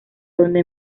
donde